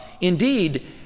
Indeed